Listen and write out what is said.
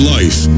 life